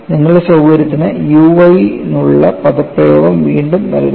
നിങ്ങളുടെ സൌകര്യത്തിന് u y നുള്ള പദപ്രയോഗം വീണ്ടും നൽകുന്നു